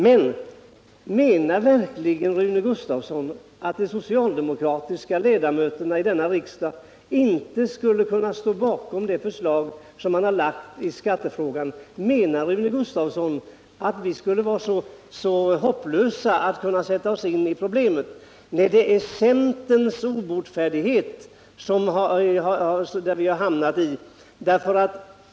Men menar verkligen Rune Gustavsson att de socialdemokratiska ledamöterna i denna riksdag inte skulle stå bakom det förslag som man har lagt fram i skattefrågan? Menar Rune Gustavsson att vi skulle vara så hopplösa i fråga om att kunna sätta oss in i problemet? Nej, det är genom centerns obotfärdighet vi har hamnat där vi nu är.